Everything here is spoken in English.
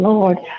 Lord